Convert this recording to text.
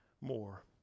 more